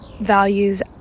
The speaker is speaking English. values